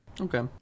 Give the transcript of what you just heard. Okay